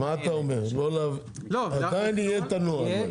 אתה אומר שעדיין יהיה את הנוהל.